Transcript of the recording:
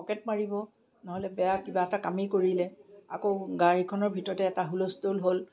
pocket মাৰিব নহ'লে বেয়া কিবা এটা কামেই কৰিলে আকৌ গাড়ীখনৰ ভিতৰতে এটা হুলস্থুল হ'ল